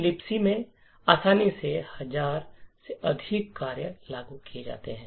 libs में आसानी से हजार से अधिक कार्य लागू किए जाते हैं